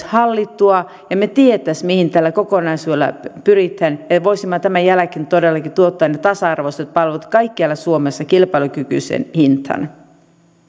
hallittua ja me tietäisimme mihin tällä kokonaisuudella pyritään ja voisimme tämän jälkeen todellakin tuottaa ne tasa arvoiset palvelut kaikkialla suomessa kilpailukykyiseen hintaan